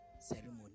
ceremony